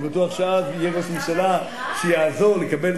אני בטוח שאז יהיה ראש ממשלה שיעזור לקבל,